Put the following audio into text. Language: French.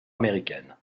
américaine